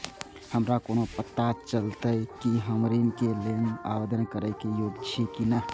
हमरा कोना पताा चलते कि हम ऋण के लेल आवेदन करे के योग्य छी की ने?